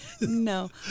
No